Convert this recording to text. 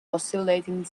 oscillating